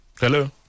hello